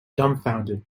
dumbfounded